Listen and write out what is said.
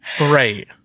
right